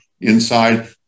inside